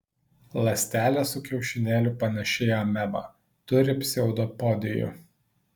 ląstelė su kiaušinėliu panaši į amebą turi pseudopodijų